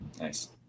Nice